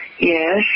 Yes